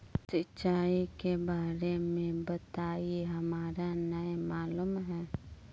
सिंचाई के बारे में बताई हमरा नय मालूम है?